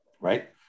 right